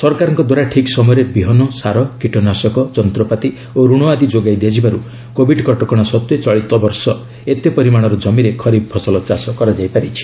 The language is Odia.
ସରକାରଙ୍କଦ୍ୱାରା ଠିକ୍ ସମୟରେ ବିହନ ସାର କୀଟନାଶକ ଯନ୍ତ୍ରପାତି ଓ ଋଣ ଆଦି ଯୋଗାଇ ଦିଆଯିବାରୁ କୋବିଡ୍ କଟକଣା ସତ୍ତ୍ୱେ ଚଳିତ ବର୍ଷ ଏତେ ପରିମାଣର ଜମିରେ ଖରିଫ୍ ଫସଲ ଚାଷ କରାଯାଇଛି